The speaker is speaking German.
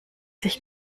sich